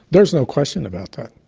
there's no question about that.